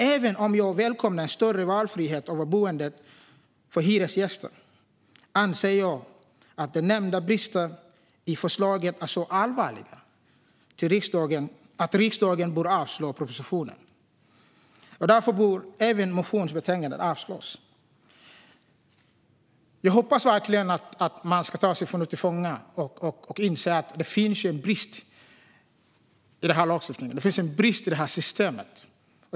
Även om jag välkomnar en större valfrihet över boendet för hyresgäster anser jag att nämnda brister i förslaget är så allvarliga att riksdagen bör avslå propositionen. Därför bör även motionen i betänkandet avslås. Jag hoppas verkligen att man ska ta sitt förnuft till fånga och inse att det finns en brist i den här lagstiftningen. Det finns en brist i systemet.